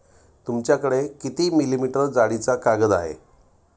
तुमच्याकडे किती मिलीमीटर जाडीचा कागद आहे?